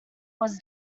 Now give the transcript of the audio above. was